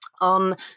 on